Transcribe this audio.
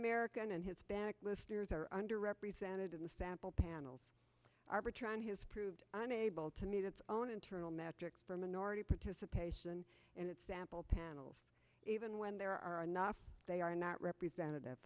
american and hispanic listeners are under represented in the sample panels arbitron has proved unable to meet its own internal metrics for minority participation and its sample panels even when there are enough they are not representative